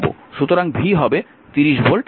সুতরাং v হবে 30 volt